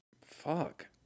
Fuck